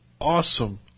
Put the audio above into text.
awesome